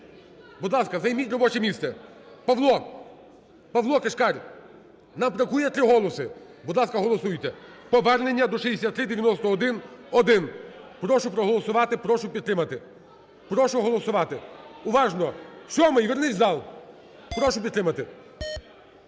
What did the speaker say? будь ласка, займіть робоче місце. Павло, Павло Кишкар, нам бракує три голоси. Будь ласка, голосуйте. Повернення до 6391-1. Прошу проголосувати, прошу підтримати. Прошу голосувати. Уважно. Сьомий, вернися в зал. Прошу підтримати.